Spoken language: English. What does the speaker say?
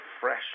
fresh